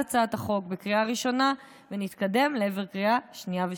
הצעת החוק בקריאה ראשונה ונתקדם לעבר קריאה שנייה ושלישית.